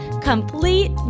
Complete